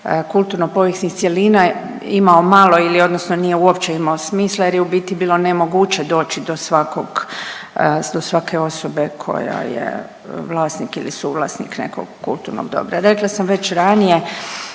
kulturno povijesnih cjelina imao malo ili odnosno nije uopće imao smisla jer je u biti bilo nemoguće doći do svakog, do svake osobe koja je vlasnik ili suvlasnik nekog kulturnog dobra.